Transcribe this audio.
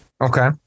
Okay